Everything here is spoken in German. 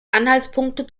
anhaltspunkte